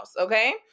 okay